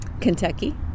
Kentucky